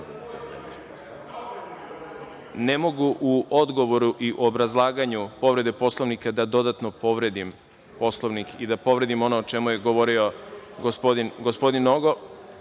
…Ne mogu u odgovoru i obrazlaganju povrede Poslovnika da dodatno povredim Poslovnik i da povredim ono o čemu je govorio gospodin